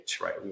right